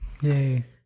yay